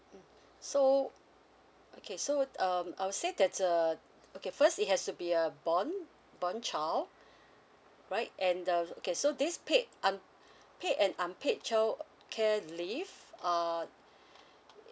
mm so okay so err I would say that's err okay first it has to be a born born child right and the okay so this paid paid and unpaid childcare leave err